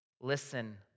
Listen